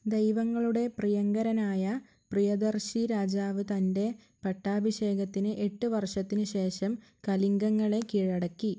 ദൈവങ്ങളുടെ പ്രിയങ്കരനായ പ്രിയദർശി രാജാവ് തൻ്റെ പട്ടാഭിഷേകത്തിന് എട്ട് വർഷത്തിന് ശേഷം കലിംഗങ്ങളെ കീഴടക്കി